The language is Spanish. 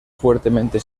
fuertemente